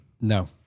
No